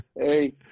hey